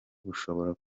bushobora